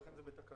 ולכן זה בתקנות,